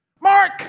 Mark